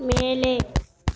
மேலே